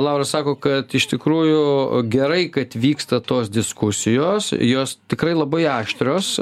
lauras sako kad iš tikrųjų gerai kad vyksta tos diskusijos jos tikrai labai aštrios